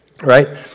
right